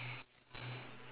um timezone